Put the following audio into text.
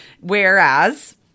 Whereas